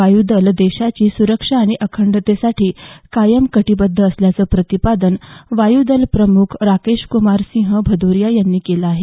वायूदल देशाची सुरक्षा आणि अखंडतेसाठी कायम कटीबद्ध असल्याचं प्रतिपादन वायूदल प्रमुख राकेशकुमार सिंह भदोरीया यांनी केलं आहे